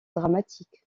dramatique